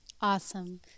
Awesome